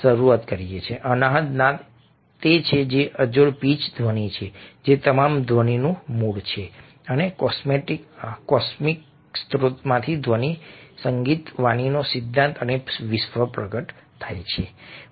શરૂઆત કરીએ છીએ અનાહત નાદ તે છે જે અજોડ પીચ ધ્વનિ છે જે તમામ ધ્વનિનું મૂળ છે અને તે કોસ્મિક સ્ત્રોતમાંથી ધ્વનિ સંગીત વાણીનો સિદ્ધાંત અને વિશ્વ પ્રગટ થાય છે